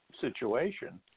situation